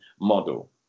model